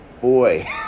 boy